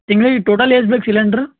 ತಿಂಗ್ಳಿಗೆ ಟೋಟಲ್ ಎಷ್ಟು ಬೇಕು ಸಿಲಿಂಡ್ರ್